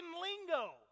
lingo